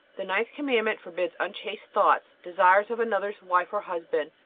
the ninth commandment forbids unchaste thoughts, desires of another's wife or husband,